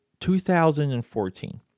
2014